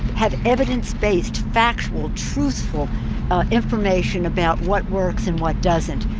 have evidence-based, factual, truthful information about what works and what doesn't.